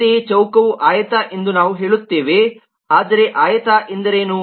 ಅಂತೆಯೇ ಚೌಕವು ಆಯತ ಎಂದು ನಾವು ಹೇಳುತ್ತೇವೆ ಆದರೆ ಆಯತ ಎಂದರೇನು